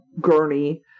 gurney